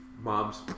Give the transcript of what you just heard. mom's